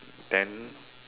then